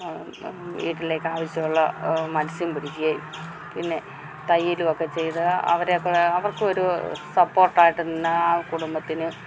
വീട്ടിലേക്ക് ആവശ്യമുള്ള മത്സ്യം പിടിക്കുവേം പിന്നെ തയ്യലുമൊക്കെ ചെയ്ത് അവർക്ക് അവർക്കൊരു സപ്പോർട്ട് ആയിട്ട് നിന്നാൽ കുടുംബത്തിന്